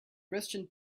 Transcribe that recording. christian